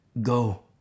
go